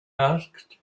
asked